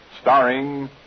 starring